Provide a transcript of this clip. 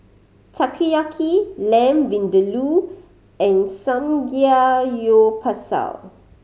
Takoyaki Lamb Vindaloo and Samgyeopsal